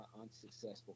unsuccessful